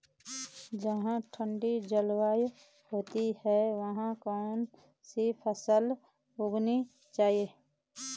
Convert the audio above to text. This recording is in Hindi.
जहाँ ठंडी जलवायु होती है वहाँ कौन सी फसल उगानी चाहिये?